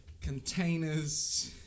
containers